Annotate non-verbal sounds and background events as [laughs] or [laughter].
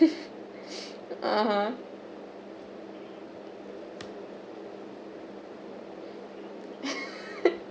[laughs] (uh huh) [laughs]